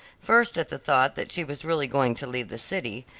first at the thought that she was really going to leave the city,